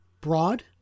broad